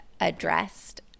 addressed